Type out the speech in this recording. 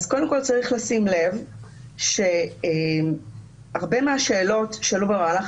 קודם כול צריך לשים לב שהרבה מהשאלות שעלו במהלך